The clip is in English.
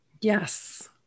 yes